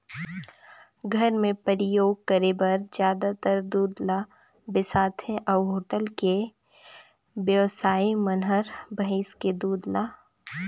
घर मे परियोग करे बर जादातर दूद ल बेसाथे अउ होटल के बेवसाइ मन हर भइसी के दूद ल